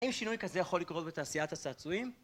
האם שינוי כזה יכול לקרות בתעשיית הצעצועים?